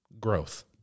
growth